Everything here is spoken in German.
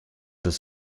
des